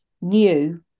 new